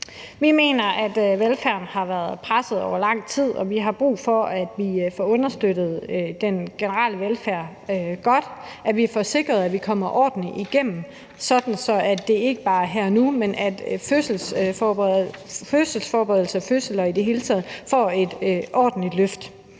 Vi mener, at velfærden har været presset i lang tid, og vi har brug for, at vi får understøttet den generelle velfærd godt, at vi får sikret, at vi kommer ordentligt igennem, sådan at det ikke bare er her og nu, men at fødselsforberedelse og fødsler i det hele taget får et ordentligt løft.